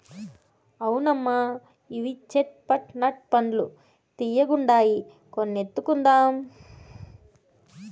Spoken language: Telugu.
అవునమ్మా ఇవి చేట్ పట్ నట్ పండ్లు తీయ్యగుండాయి కొన్ని ఎత్తుకుందాం